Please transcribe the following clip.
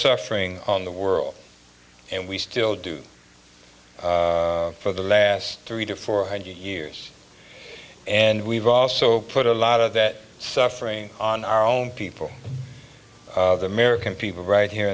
suffering on the world and we still do for the last three to four hundred years and we've also put a lot of that suffering on our own people the american people right here